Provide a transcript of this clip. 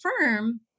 firm